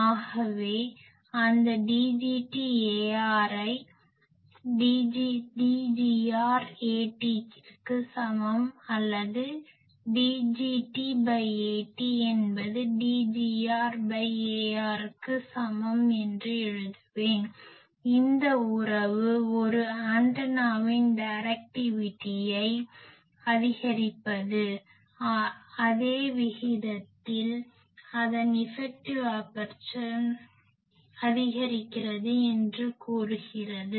ஆகவே அந்த Dgt Ar வை Dgr At ற்கு சமம் அல்லது Dgt At என்பது Dgr Ar க்கு சமம் என்று எழுதுவேன் இந்த உறவு ஒரு ஆண்டனாவின் டைரக்டிவிட்டியை அதிகரிப்பது அதே விகிதத்தில் அதன் இஃபெக்டிவ் ஆபர்சர் அதிகரிக்கிறது என்று கூறுகிறது